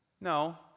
no